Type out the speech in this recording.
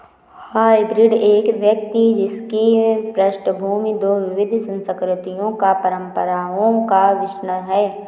hybrid एक व्यक्ति जिसकी पृष्ठभूमि दो विविध संस्कृतियों या परंपराओं का मिश्रण है